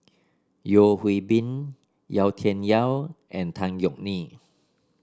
Yeo Hwee Bin Yau Tian Yau and Tan Yeok Nee